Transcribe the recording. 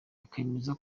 akemeza